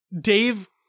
Dave